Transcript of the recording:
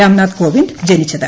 രാംനാഥ് കോവിന്ദ് ജനിച്ചത്